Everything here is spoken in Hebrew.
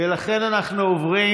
ולכן אנחנו עוברים